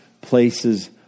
places